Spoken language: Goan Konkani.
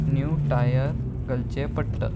न्यू टायर घालचे पडटा